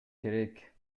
керек